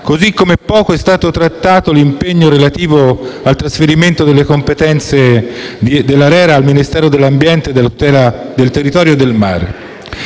Così come poco è stato trattato l'impegno relativo al trasferimento delle competenze dell'ARERA al Ministero dell'ambiente e della tutela del territorio e del mare.